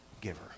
giver